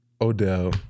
Odell